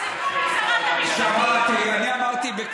הממשלה לא מוכנה.